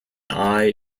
eye